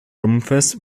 rumpfes